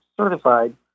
certified